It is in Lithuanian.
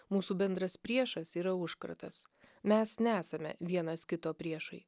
mūsų bendras priešas yra užkratas mes nesame vienas kito priešai